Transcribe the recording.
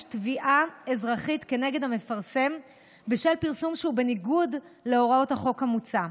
תביעה אזרחית נגד המפרסם בשל פרסום שהוא בניגוד להוראות החוק המוצע.